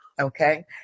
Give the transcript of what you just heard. Okay